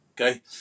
Okay